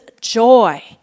joy